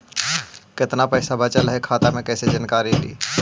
कतना पैसा बचल है खाता मे कैसे जानकारी ली?